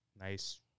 Nice